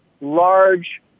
large